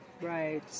Right